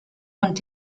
und